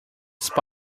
spy